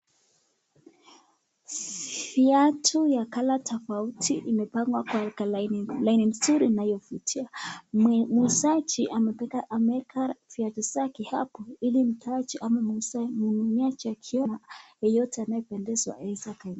Viatu ya colour tofauti imepangwa kwa laini nzuri inayo vutia. Muuzaji ameeka viatu zake hapa ili mteja ama mnunuaji akiona yeyote anaependezwa anaeza kununua.